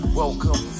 welcome